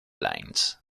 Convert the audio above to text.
lines